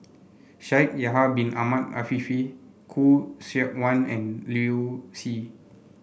Shaikh Yahya Bin Ahmed Afifi Khoo Seok Wan and Liu Si